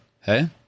hey